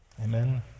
Amen